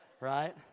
right